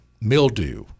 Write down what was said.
mildew